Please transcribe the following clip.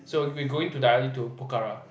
so we going to directly to Pokhara